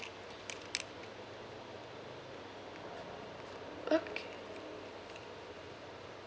okay